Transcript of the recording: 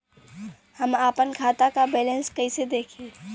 हम आपन खाता क बैलेंस कईसे देखी?